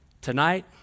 Tonight